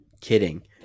kidding